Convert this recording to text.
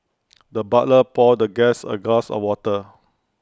the butler poured the guest A glass of water